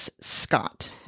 Scott